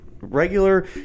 regular